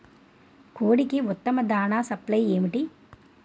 కోడికి ఉత్తమ దాణ సప్లై ఏమిటి?